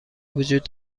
وجود